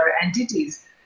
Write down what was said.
entities